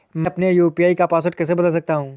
मैं अपने यू.पी.आई का पासवर्ड कैसे बदल सकता हूँ?